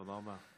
תודה רבה.